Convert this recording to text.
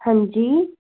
हंजी